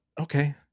okay